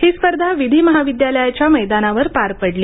ही स्पर्धा विधी महाविद्यालयाच्या मैदानावर पार पडली